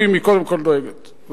קודם כול היא דואגת לכל החלשים,